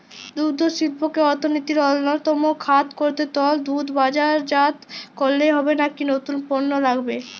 দুগ্ধশিল্পকে অর্থনীতির অন্যতম খাত করতে তরল দুধ বাজারজাত করলেই হবে নাকি নতুন পণ্য লাগবে?